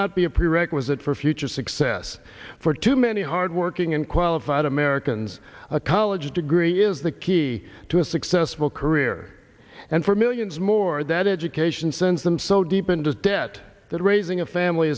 not be a prerequisite for future success for too many hardworking and qualified americans a college degree is the key to a successful career and for millions more that education since i'm so deep into debt that raising a family